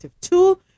tool